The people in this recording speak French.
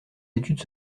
études